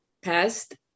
passed